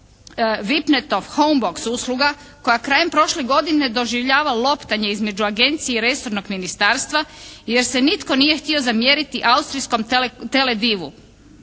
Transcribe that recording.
Vip-netov home box usluga koja krajem prošle godine doživljava loptanje između agencije i resornog ministarstva jer se nitko nije htio zamjeriti austrijskom tele divu.